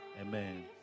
Amen